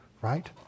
right